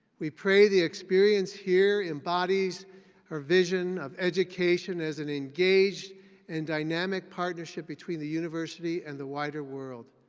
we pray the experience here embodies our vision of education as an engaged and dynamic partnership between the university and the wider world.